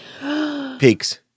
Peaks